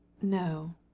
no